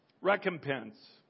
recompense